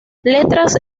letras